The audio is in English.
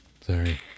Sorry